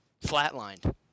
flatlined